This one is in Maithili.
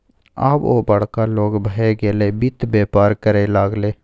आब ओ बड़का लोग भए गेलै वित्त बेपार करय लागलै